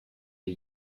wir